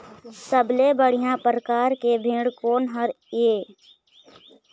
सबले बढ़िया परकार के भेड़ कोन हर ये?